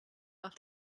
auf